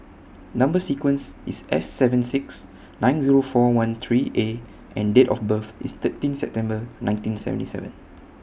Number sequence IS S seven six nine Zero four one three A and Date of birth IS thirteen September nineteen seventy seven